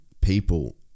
people